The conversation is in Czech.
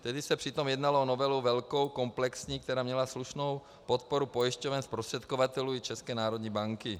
Tehdy se přitom jednalo o novelu velkou, komplexní, která měla slušnou podporu pojišťoven, zprostředkovatelů i České národní banky.